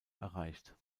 erreicht